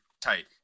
tight